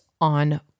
on